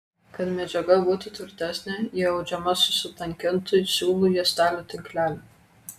kad medžiaga būtų tvirtesnė ji audžiama su sutankintu siūlų juostelių tinkleliu